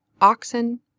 oxen